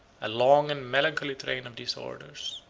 a long and melancholy train of disorders.